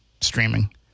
streaming